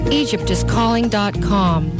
egyptiscalling.com